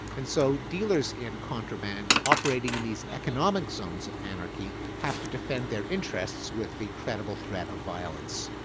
and so, dealers in contraband operating in these economic zones of anarchy have to defend their interests with the credible threat of violence.